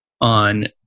on